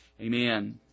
Amen